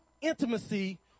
intimacy